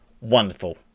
Wonderful